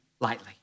lightly